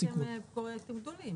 אלא אם כן אלה פרויקטים גדולים,